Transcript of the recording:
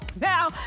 Now